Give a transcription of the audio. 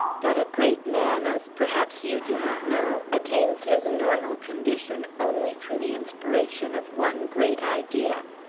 but a great man as, perhaps, you do not know attains his normal condition only through the inspiration of one great idea.